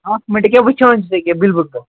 اَکھ مِنَٹ ییٚکیٛاہ وٕچھان چھِس ییٚکیٛاہ بِل بُک پٮ۪ٹھ